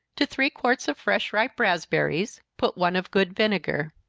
to three quarts of fresh, ripe raspberries, put one of good vinegar.